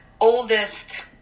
oldest